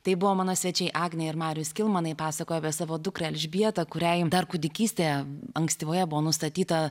tai buvo mano svečiai agnė ir marius kilmanai pasakojo apie savo dukrą elžbietą kuriai dar kūdikystėje ankstyvoje buvo nustatyta